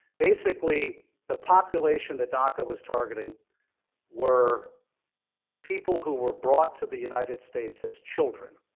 basically, the population that daca was targeting were people who were brought to the united states as children,